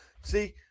See